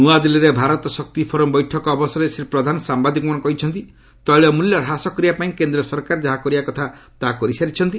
ନୂଆଦିଲ୍ଲୀରେ ଭାରତ ଶକ୍ତି ଫୋରମ୍ ବୈଠକ ଅବସରରେ ଶ୍ରୀ ପ୍ରଧାନ ସାମ୍ବାଦିକମାନଙ୍କୁ କହିଛନ୍ତି ତେଳ ମୂଲ୍ୟ ହ୍ରାସ କରିବାପାଇଁ କେନ୍ଦ୍ର ସରକାର ଯାହା କରିବା କଥା ତାହା କରିସାରିଛନ୍ତି